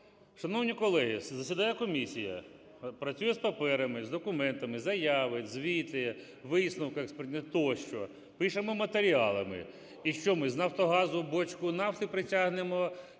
Шановні колеги, засідає комісія. Працює з паперами, з документами: заяви, звіти, висновки тощо. Пишемо: "матеріалами". І що, ми з "Нафтогазу" бочку нафти притягнемо